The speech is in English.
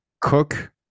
cook